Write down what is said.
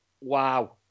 wow